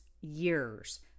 years